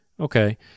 Okay